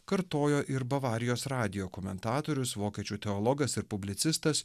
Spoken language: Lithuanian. kartojo ir bavarijos radijo komentatorius vokiečių teologas ir publicistas